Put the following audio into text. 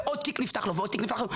ועוד תיק נפתח לו ועוד תיק נפתח לו.